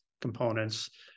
components